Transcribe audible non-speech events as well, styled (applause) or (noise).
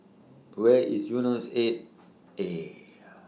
Where IS Eunos eight A (noise)